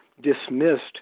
dismissed